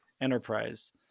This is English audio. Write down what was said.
Enterprise